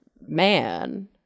man